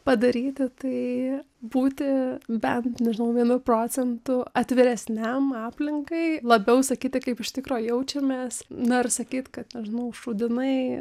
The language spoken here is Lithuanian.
padaryti tai būti bent nežinau vienu procentu atviresniam aplinkai labiau sakyti kaip iš tikro jaučiamės na ir sakyti kad nežinau šūdinai